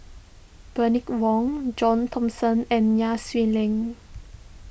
Bernice Wong John Thomson and Nai Swee Leng